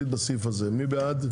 הסתייגות 12. מי בעד?